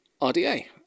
RDA